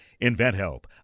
InventHelp